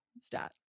stat